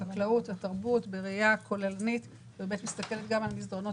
החקלאות והתרבות בראייה כוללנית שמסתכלת גם על הצורך במסדרונות